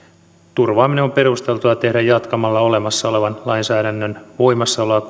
turvaaminen on perusteltua tehdä jatkamalla olemassa olevan lainsäädännön voimassaoloa